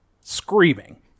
Screaming